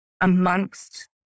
amongst